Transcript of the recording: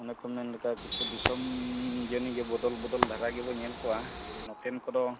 ᱚᱱᱮ ᱠᱚ ᱢᱮᱱ ᱞᱮᱠᱟ ᱠᱤᱪᱷᱩ ᱫᱤᱥᱚᱢ ᱡᱟᱹᱱᱤᱜᱮ ᱵᱚᱫᱚᱞ ᱵᱚᱫᱚᱞ ᱫᱷᱟᱨᱟ ᱜᱮᱵᱚᱱ ᱧᱮᱞ ᱠᱚᱣᱟ ᱱᱚᱛᱮᱱ ᱠᱚᱫᱚ